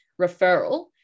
referral